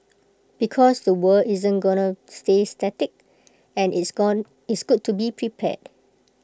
because the world isn't gonna stay static and it's gone is good to be prepared